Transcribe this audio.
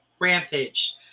rampage